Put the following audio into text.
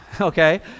Okay